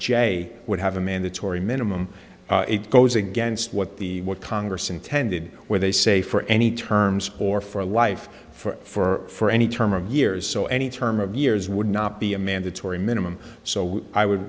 j would have a mandatory minimum it goes against what the what congress intended where they say for any terms or for life for any term of years so any term of years would not be a mandatory minimum so i would